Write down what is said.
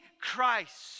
Christ